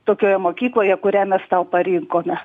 tokioje mokykloje kurią mes tau parinkome